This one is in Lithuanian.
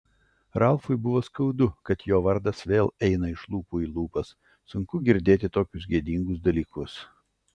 ralfui buvo skaudu kad jo vardas vėl eina iš lūpų į lūpas sunku girdėti tokius gėdingus dalykus